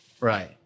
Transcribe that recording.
Right